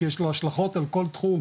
כי יש לו השלכות על כל תחום,